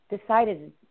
decided